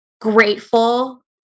grateful